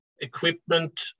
equipment